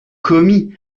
commis